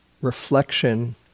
reflection